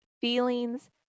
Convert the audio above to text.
feelings